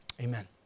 Amen